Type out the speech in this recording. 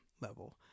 level